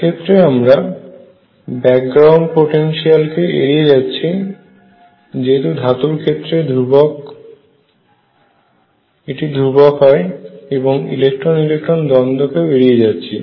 এক্ষেত্রে আমরা background potential কে এড়িয়ে যাচ্ছি যেটি ধাতুর ক্ষেত্রে ধ্রুবক হয় এবং ইলেকট্রন ইলেকট্রন দ্বন্দ্ব কেউ এড়িয়ে যাচ্ছি